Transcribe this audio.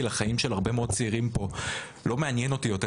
לחיים של הצעירים פה לא מעניין אותי יותר,